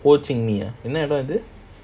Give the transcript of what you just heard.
ho ching ni ah என்ன இடம் அது:enna idam adhu